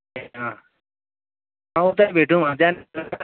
ए अँ अब त्यहीँ भेटौँ अँ त्यहाँनिर